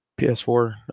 PS4